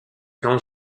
quand